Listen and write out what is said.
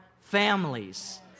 families